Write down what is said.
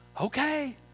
Okay